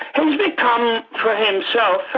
has become, for himself,